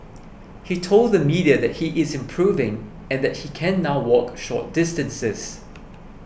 he told the media that he is improving and that he can now walk short distances